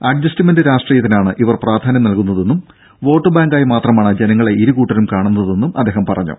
adjustment രാഷ്ട്രീയത്തിനാണ് ഇവർ പ്രാധാന്യം നൽകുന്നതെന്നും വോട്ടുബാങ്കായി മാത്രമാണ് ജനങ്ങളെ ഇരുകൂട്ടരും കാണുന്നതെന്നും അദ്ദേഹം പറഞ്ഞു